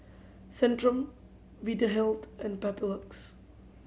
Centrum Vitahealth and Papulex